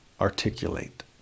articulate